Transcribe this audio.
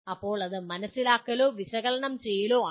അപ്പോൾ അത് മനസിലാക്കലോ വിശകലനം ചെയ്യലോ ആണ്